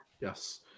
Yes